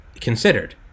considered